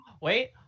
Wait